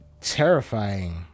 terrifying